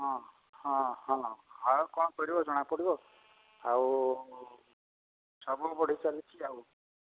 ହଁ ହଁ ହଁ ହଉ କ'ଣ କରିବ ଜଣା ପଡ଼ିବ ଆଉ ସବୁ ବଢ଼ି ଚାଲିଛି ଆଉ